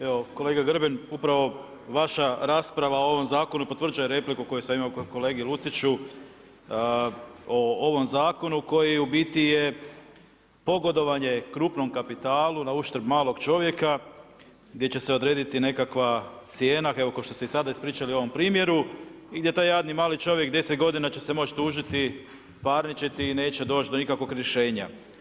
Evo kolega Grbin upravo vaša rasprava o ovom zakonu potvrđuje repliku koju sam imao kolegi Luciću o ovom zakonu koji u biti je pogodovanje krupnom kapitalu na uštrb malog čovjeka gdje će se odrediti nekakva cijena, evo kao što ste sada ispričali u ovom primjeru i gdje taj jadni mali čovjek deset godina će se moći tužiti, parničiti i neće doći do nikakvog rješenja.